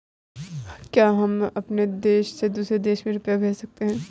क्या हम अपने देश से दूसरे देश में रुपये भेज सकते हैं?